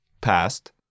Past